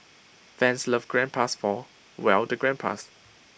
fans love grandpas four well the grandpas